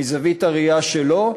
מזווית הראייה שלו,